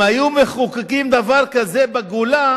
אם היו מחוקקים דבר כזה בגולה